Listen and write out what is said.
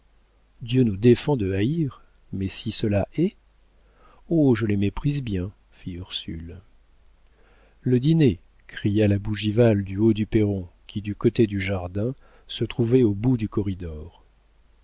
dieu nous défend de haïr mais si cela est oh je les méprise bien fit ursule le dîner cria la bougival du haut du perron qui du côté du jardin se trouvait au bout du corridor